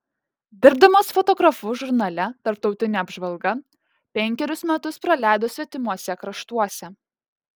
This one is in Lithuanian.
dirbdamas fotografu žurnale tarptautinė apžvalga penkerius metus praleido svetimuose kraštuose